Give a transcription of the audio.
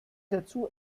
dazu